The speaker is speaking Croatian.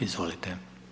Izvolite.